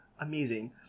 amazing